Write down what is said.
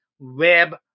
web